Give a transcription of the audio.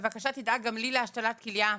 בבקשה תדאג גם לי להשתלת כליה,